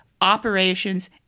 operations